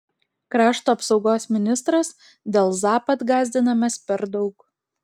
krašto apsaugos ministras dėl zapad gąsdinamės per daug